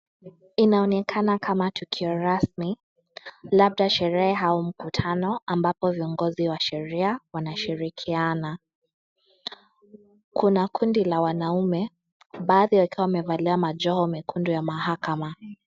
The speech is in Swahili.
Inaonekana kama tukio rasmi, labda sherehe au mkutano ambapo viongozi wa sheria wanashirikiana kuna kundi la wanaume baadhi wakwa wamevalia majoho mekundu ya mahakama.